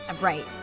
Right